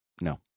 No